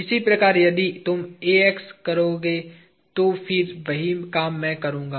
इसी प्रकार यदि तुम करोगे तो फिर वही काम मैं करूंगा